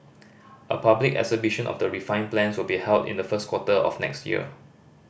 a public exhibition of the refined plans will be held in the first quarter of next year